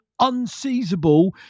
unseizable